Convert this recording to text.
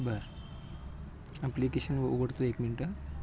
बरं ॲप्लिकेशन उघडतो एक मिनटं